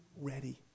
ready